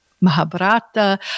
Mahabharata